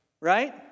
right